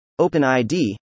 OpenID